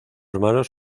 hermanos